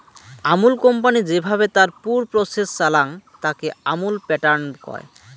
Amul company যেভাবে তার পুর প্রসেস চালাং, তাকে আমুল প্যাটার্ন কয়